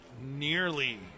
nearly